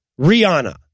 Rihanna